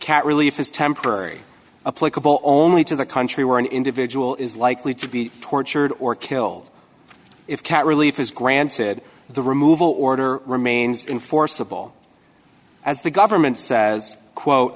cat relief is temporary a political only to the country where an individual is likely to be tortured or killed if cat relief is granted the removal order remains enforceable as the government says quote